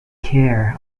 care